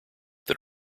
that